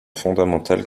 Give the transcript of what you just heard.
fondamental